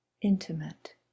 Intimate